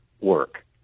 work